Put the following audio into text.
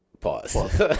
pause